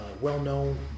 well-known